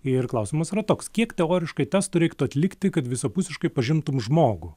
ir klausimas yra toks kiek teoriškai testų reiktų atlikti kad visapusiškai pažintum žmogų